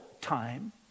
time